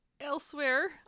elsewhere